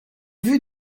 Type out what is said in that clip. vue